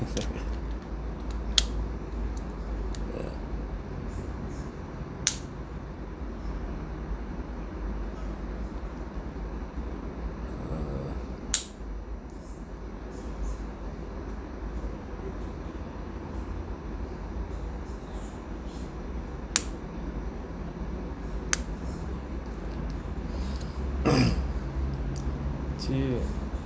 yeah uh